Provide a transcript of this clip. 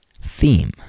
Theme